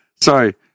Sorry